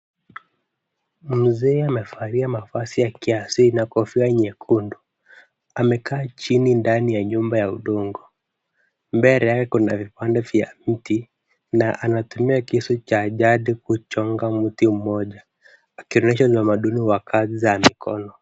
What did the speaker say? Mzee amevalia mavazi y kiasili na kofia nyekundu. Amekaa chini ndani ya nyumba ya udongo. Mbele yake kuna vipande vya mti, na anatumia kisu cha jadi kuchonga mti mmoja, akionyesha utamaduni wa kazi za mikono.